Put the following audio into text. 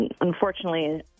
unfortunately